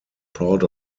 proud